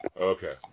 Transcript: Okay